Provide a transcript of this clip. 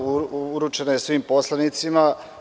Uručena je svim poslanicima.